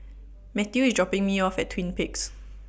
Matthew IS dropping Me off At Twin Peaks